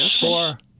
four